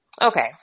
Okay